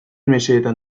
mesedetan